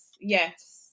yes